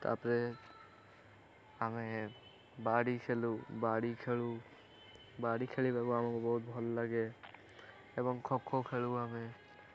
ତାପରେ ଆମେ ବାଡ଼ି ଖେଲୁ ବାଡ଼ି ଖେଳୁ ବାଡ଼ି ଖେଳିବାକୁ ଆମକୁ ବହୁତ ଭଲ ଲାଗେ ଏବଂ ଖୋଖୋ ଖେଳୁ ଆମେ